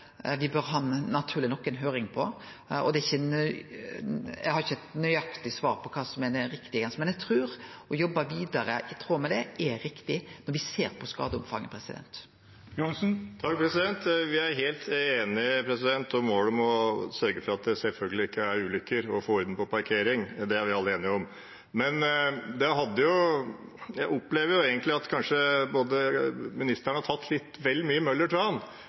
har ikkje nøyaktig svar på kva som er den riktige grensa, men eg trur at å jobbe vidare i tråd med det er riktig når me ser skadeomfanget. Vi er helt enig i målet om å sørge for at det selvfølgelig ikke er ulykker og å få orden på parkeringen. Det er vi alle enige om. Men jeg opplever kanskje at ministeren har tatt litt vel mye